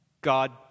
God